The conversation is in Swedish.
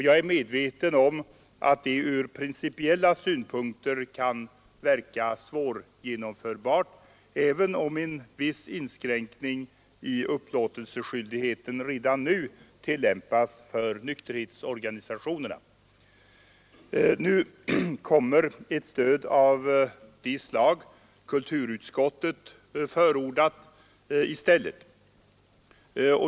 Jag är medveten om att det ur principiella synpunkter kan verka svårgenomförbart, även om en viss inskränkning i upplåtelseskyldigheten redan nu tillämpas för nykterhetsorganisationerna. Nu kommer ett stöd av det slag kulturutskottet förordat i stället.